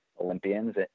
Olympians